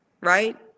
right